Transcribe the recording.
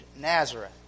Nazareth